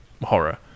horror